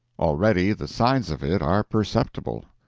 already the signs of it are perceptible.